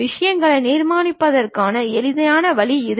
விஷயங்களை நிர்மாணிப்பதற்கான எளிதான வழி இது